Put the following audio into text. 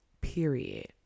period